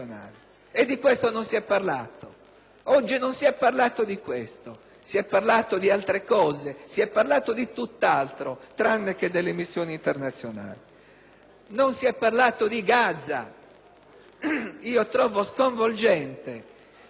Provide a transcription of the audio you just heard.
Oggi non si è parlato di questo. Si è parlato di altre cose. Si è parlato di tutt'altro, tranne che delle missioni internazionali. Non si è parlato di Gaza. Io trovo sconvolgente